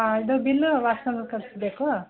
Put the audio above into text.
ಇದು ಬಿಲ್ಲು ವಾಟ್ಸ್ಆ್ಯಪಿಗೆ ಕಳಿಸ್ಬೇಕು